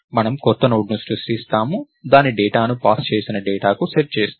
మనము కొత్త నోడ్ను సృష్టిస్తాము దాని డేటాను పాస్ చేసిన డేటాకు సెట్ చేస్తాము